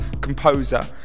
composer